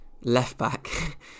left-back